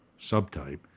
subtype